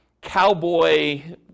cowboy